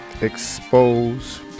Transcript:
expose